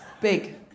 big